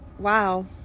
wow